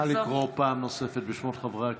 (קוראת בשמות חברי הכנסת)